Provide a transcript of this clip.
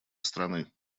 страны